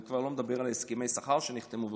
אני כבר לא מדבר על הסכמי השכר שנחתמו וכו'.